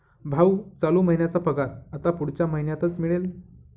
भाऊ, चालू महिन्याचा पगार आता पुढच्या महिन्यातच मिळेल